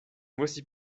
voici